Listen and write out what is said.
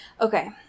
Okay